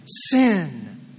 sin